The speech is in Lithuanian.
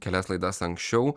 kelias laidas anksčiau